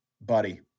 buddy